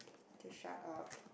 to shut up